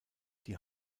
die